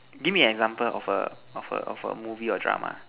give me an example of a of a of a movie or drama